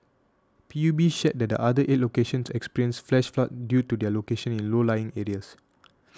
P U B shared that the other eight locations experienced flash floods due to their locations in low lying areas